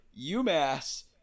umass